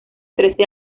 trece